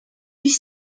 huit